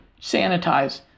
sanitize